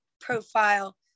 profile